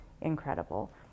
incredible